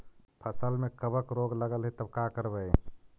फसल में कबक रोग लगल है तब का करबै